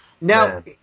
Now